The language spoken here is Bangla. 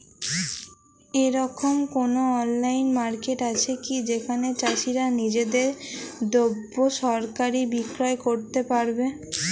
এরকম কোনো অনলাইন মার্কেট আছে কি যেখানে চাষীরা নিজেদের দ্রব্য সরাসরি বিক্রয় করতে পারবে?